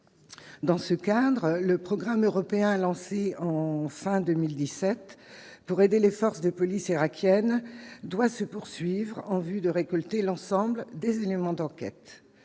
dans ce cadre, le programme européen lancé en fin 2017 pour aider les forces de police irakienne doit se poursuivre en vue de récolter l'ensemble des éléments d'enquête